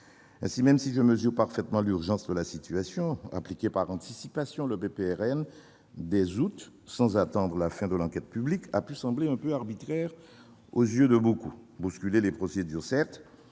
Ainsi, même si je mesure parfaitement l'urgence de la situation, appliquer par anticipation le PPRN dès le mois août, sans attendre la fin de l'enquête publique, a pu sembler assez arbitraire aux yeux de beaucoup. On peut certes